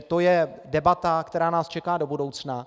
To je debata, která nás čeká do budoucna.